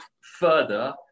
further